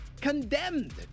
Condemned